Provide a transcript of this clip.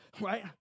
right